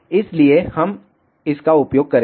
इसलिए हम इसका उपयोग करेंगे